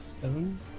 Seven